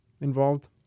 involved